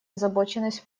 озабоченность